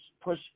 push